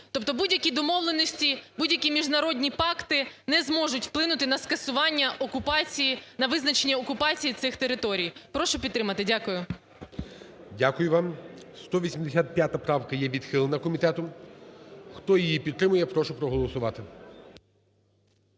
Тобто будь-які домовленості, будь-які міжнародні пакти не зможуть вплинути на скасування… окупації, на визначення окупації цих територій. Прошу підтримати. Дякую. ГОЛОВУЮЧИЙ. Дякую вам. 185-а правка є відхилена комітетом. Хто її підтримує, прошу проголосувати.